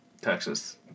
Texas